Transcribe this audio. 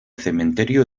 cementerio